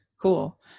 Cool